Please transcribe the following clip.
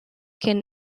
can